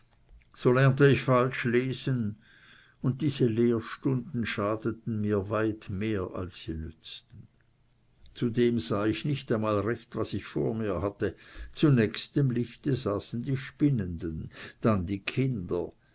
so lernte ich falsch lesen und diese lehrstunden schadeten mir weit mehr als sie nützten zudem sah ich nicht einmal recht was ich vor mir hatte zunächst dem lichte saßen die spinnenden dann die kinder